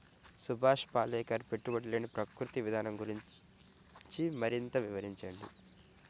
సుభాష్ పాలేకర్ పెట్టుబడి లేని ప్రకృతి విధానం గురించి మరింత వివరించండి